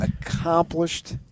accomplished